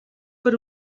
per